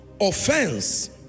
Offense